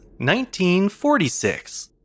1946